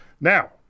Now